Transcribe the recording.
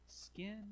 skin